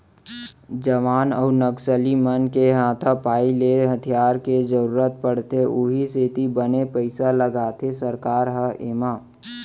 जवान अउ नक्सली मन के हाथापाई ले हथियार के जरुरत पड़थे उहीं सेती बने पइसा लगाथे सरकार ह एमा